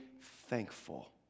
thankful